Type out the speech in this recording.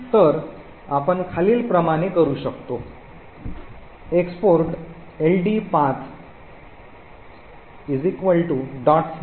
तर आपण खालीलप्रमाणे करू शकतो export LD path